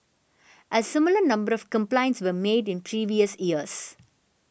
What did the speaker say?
a similar number of complaints were made in previous years